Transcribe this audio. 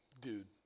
Dude